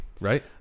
right